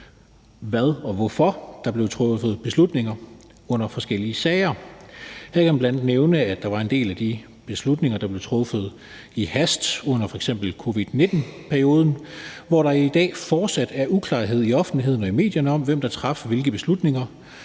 hvad og hvorfor i forbindelse med beslutninger truffet i forskellige sager. Her kan man bl.a. nævne, at der var en del af de beslutninger, der blev truffet i hast i f.eks. covid-19-perioden, hvor der i dag fortsat er uklarhed i offentligheden og i medierne om, hvem der traf hvilke beslutninger.